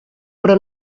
però